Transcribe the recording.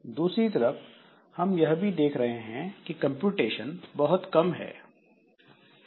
दूसरी तरफ हम यह भी देख रहे हैं कि कंप्यूटेशन बहुत कम है